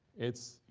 it's you